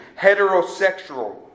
heterosexual